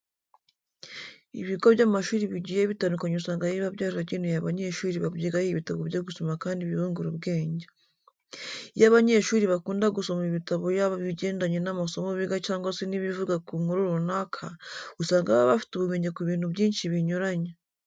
Ibigo by'amashuri bigiye bitandukanye usanga biba byarageneye abanyeshuri babyigaho ibitabo byo gusoma kandi bibungura ubwenge. Iyo abanyeshuri bakunda gusoma ibitabo yaba ibigendanye n'amasomo biga cyangwa se n'ibivuga ku nkuru runaka, usanga baba bafite ubumenyi ku bintu byinshi binyuranye.